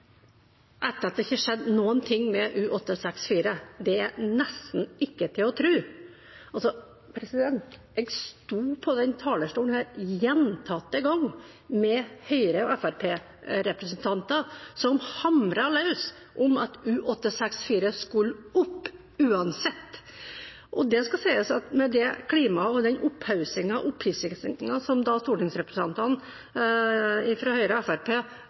med U-864 – det er nesten ikke til å tro. Jeg sto på denne talerstolen gjentatte ganger i debatter med Høyre- og Fremskrittsparti-representanter som hamret løs om at U-864 skulle opp uansett. Det skal sies at med det klima, den opphaussingen og opphissingen som stortingsrepresentantene fra Høyre og